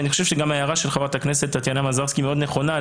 ואני חושב שגם ההערה של חברת הכנסת טטיאנה מזרסקי מאוד נכונה.